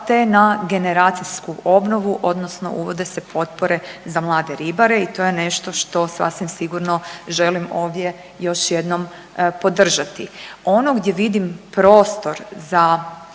te na generacijsku obnovu odnosno uvode se potpore za mlade ribare i to je nešto što sasvim sigurno želim ovdje još jedno podržati. Ono gdje vidim prostor za